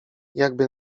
jakby